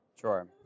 Sure